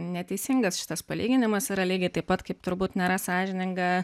neteisingas šitas palyginimas yra lygiai taip pat kaip turbūt nėra sąžininga